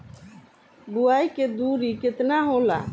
बुआई के दूरी केतना होला?